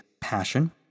passion